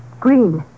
Green